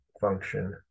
function